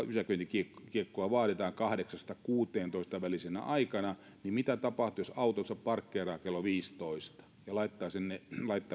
pysäköintikiekkoa vaaditaan kello kahdeksana viiva kuutenatoista välisenä aikana niin mitä tapahtuu jos autonsa parkkeeraa kello viisitoista ja laittaa sen